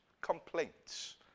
complaints